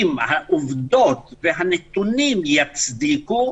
אם העובדות והנתונים יצדיקו,